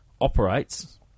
operates